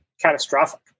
catastrophic